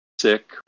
sick